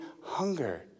hunger